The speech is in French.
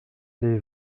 les